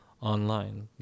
online